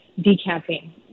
decamping